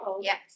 Yes